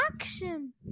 Action